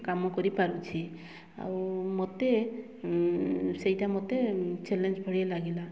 କାମ କରିପାରୁଛି ଆଉ ମୋତେ ସେଇଟା ମୋତେ ଚ୍ୟାଲେଞ୍ଜ୍ ଭଳି ଲାଗିଲା